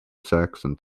saxon